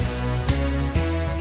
you know